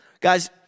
Guys